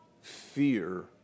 fear